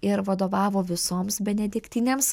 ir vadovavo visoms benediktinėms